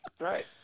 right